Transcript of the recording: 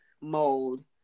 mode